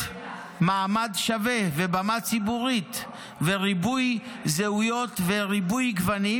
מעמד שווה ובמה ציבורית וריבוי זהויות וריבוי גוונים.